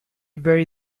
very